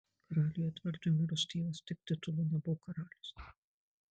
karaliui edvardui mirus tėvas tik titulu nebuvo karalius